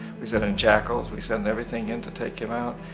we sent in jackals, we sent everything in to take him out.